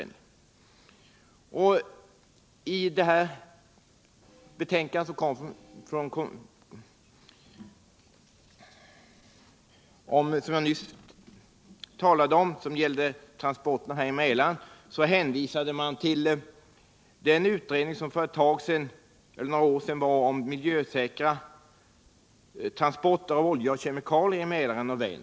I det betänkande som jag nyss talade om, som gällde transporterna i Mälaren, hänvisade man till den utredning som för några år sedan gjordes om miljösäkra transporter av olja och kemikalier i Mälaren och Vänern.